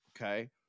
Okay